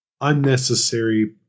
unnecessary